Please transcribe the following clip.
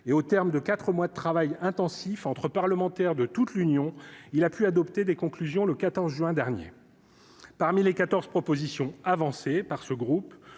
et au terme de 4 mois de travail intensif entre parlementaires de toute l'Union, il a pu adopter des conclusions le 14 juin dernier parmi les 14 propositions avancées par ce groupe,